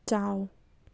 ꯆꯥꯎ